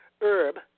herb